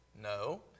No